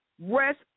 Rest